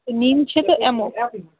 نیٖم چھِ تہٕ یِمو